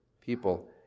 people